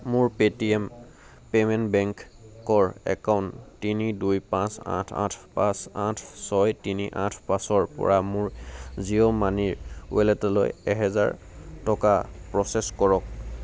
মোৰ Paytm payment বেংকৰ account তিনি দুই পাঁচ আঠ আঠ পাঁচ আঠ ছয় তিনি আঠ পাঁচপৰা মোৰ জিঅ' মানিৰ ৱালেটলৈ এহেজাৰ টকা প্ৰ'চেছ কৰক